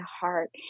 heart